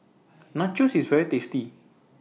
Nachos IS very tasty